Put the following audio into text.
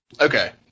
Okay